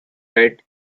read